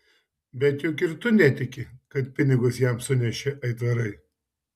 bet juk ir tu netiki kad pinigus jam sunešė aitvarai